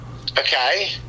okay